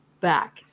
back